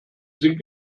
sind